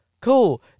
cool